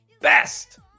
best